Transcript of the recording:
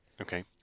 Okay